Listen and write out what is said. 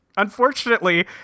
Unfortunately